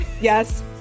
Yes